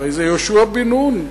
הרי זה יהושע בן נון.